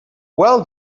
well